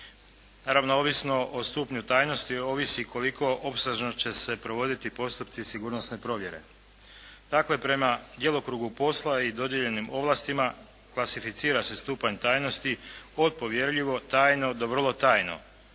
naravno ovisno o stupnju tajnosti i ovisi koliko opsežno će se provoditi postupci sigurnosne provjere. Dakle prema djelokrugu posla i dodijeljenim ovlastima klasificira se stupanj tajnosti od povjerljivo, tajno do vrlo tajno.